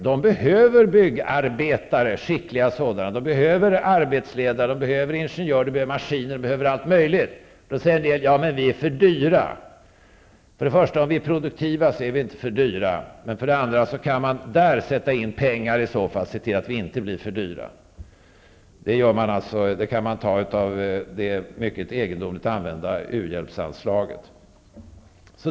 De behöver skickliga byggarbetare, de behöver arbetsledare, ingenjörer, maskiner, allt möjligt. Då säger en del: ''Ja, men vi är för dyra.'' För det första: Om vi är produktiva så är vi inte för dyra. För det andra: Man kan där sätta in pengar och se till att vi inte blir för dyra. De pengarna kan man ta av det mycket egendomligt använda uhjälpsanslaget.